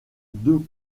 deux